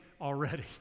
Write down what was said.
already